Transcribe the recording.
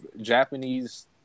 Japanese